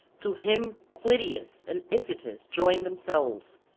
to him clytius and iphitus joined themselves,